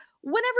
whenever